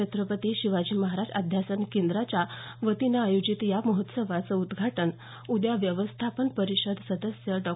छत्रपती शिवाजी महाराज अध्यासन केंद्राच्या वतीनं आयोजित या महोत्सवाचं उद्घाटन व्यवस्थापन परिषद सदस्य डॉ